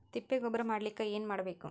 ತಿಪ್ಪೆ ಗೊಬ್ಬರ ಮಾಡಲಿಕ ಏನ್ ಮಾಡಬೇಕು?